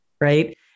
right